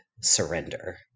surrender